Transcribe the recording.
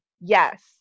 yes